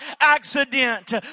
accident